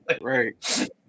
Right